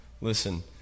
Listen